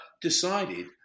decided